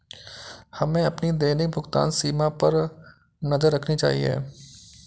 हमें अपनी दैनिक भुगतान सीमा पर नज़र रखनी चाहिए